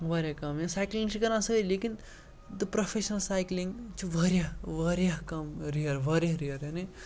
واریاہ کَم یا سایکلِنٛگ چھِ کَران سٲری لیکِن تہٕ پرٛوفٮ۪شنَل سایکلِنٛگ چھِ واریاہ واریاہ کَم رِیَر واریاہ رِیَر یعنی